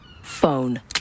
phone